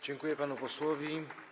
Dziękuję panu posłowi.